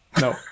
No